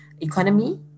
economy